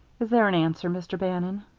is there an answer, mr. bannon?